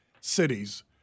cities